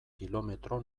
kilometro